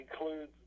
Includes